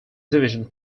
division